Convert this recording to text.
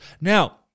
now